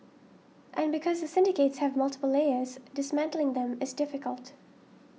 and because the syndicates have multiple layers dismantling them is difficult